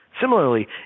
Similarly